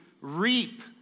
reap